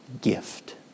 gift